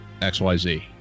XYZ